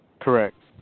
Correct